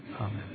Amen